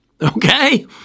Okay